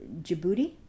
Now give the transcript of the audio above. Djibouti